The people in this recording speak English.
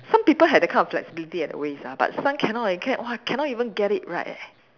some people have that kind of flexibility at the waist ah but some cannot leh can !wah! cannot even get it right eh